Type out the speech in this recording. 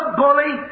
bully